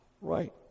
Right